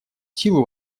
силу